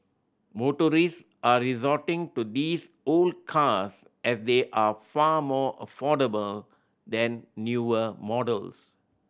motorists are resorting to these old cars as they are far more affordable than newer models